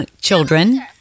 children